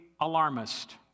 alarmist